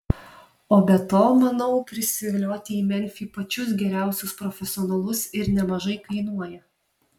o be to manau prisivilioti į memfį pačius geriausius profesionalus ir nemažai kainuoja